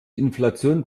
inflation